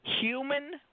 Human